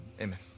amen